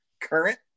current